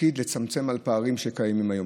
תפקיד לצמצם פערים שקיימים היום.